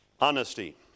honesty